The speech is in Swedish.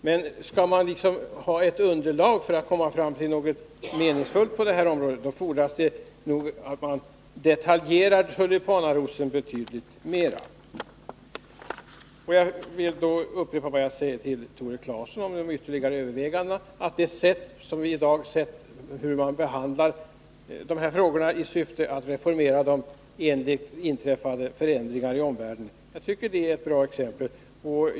Men skall man ha ett underlag för att nå ett meningsfullt resultat på det här området, då fordras det nog att man detaljerar tulipanarosen betydligt mer. Får jag upprepa det jag sade till Tore Claeson om ytterligare överväganden. Jag tycker det är ett bra sätt som vi i dag tillämpar när det gäller att göra reformer med hänsyn till förändringar som inträffar i omvärlden.